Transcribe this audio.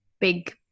big